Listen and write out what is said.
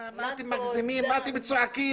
אתם מגזימים, מה אתם צועקים?